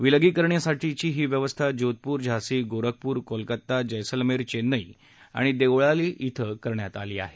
विलगीकरणासाठीची ही व्यवस्था जोधपूर झांसी गोरखपूर कोलकाता जैसलमेर चेन्नई आणि देवळाली इथं करण्यात येणार आहे